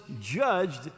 judged